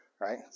right